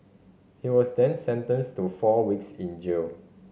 he was then sentenced to four weeks in jail